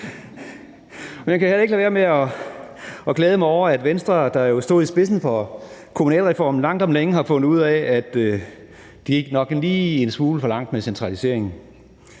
Jeg kan heller ikke lade være med at glæde mig over, at Venstre, der jo stod i spidsen for kommunalreformen, langt om længe har fundet ud af, at de nok lige gik en smule for langt med centraliseringen.